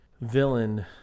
villain